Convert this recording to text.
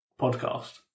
podcast